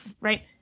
right